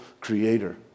creator